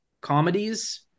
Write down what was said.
comedies